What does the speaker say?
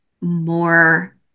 more